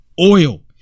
oil